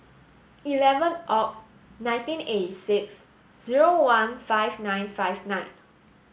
eleven Oct nineteen eighty six zero one five nine five nine